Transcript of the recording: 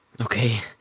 okay